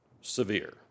severe